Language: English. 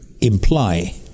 imply